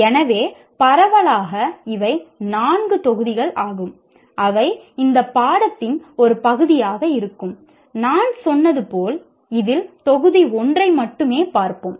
எனவே பரவலாக இவை 4 தொகுதிகள் ஆகும் அவை இந்த பாடத்தின் ஒரு பகுதியாக இருக்கும் நான் சொன்னது போல் இதில் தொகுதி 1 ஐ மட்டுமே பார்ப்போம்